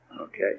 okay